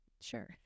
Sure